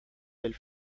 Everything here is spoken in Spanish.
del